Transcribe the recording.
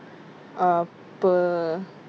uh per